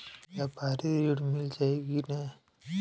व्यापारी ऋण मिल जाई कि ना?